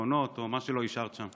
גירעונות או מה שלא אישרת שם.